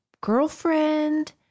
girlfriend